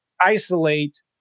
isolate